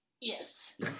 Yes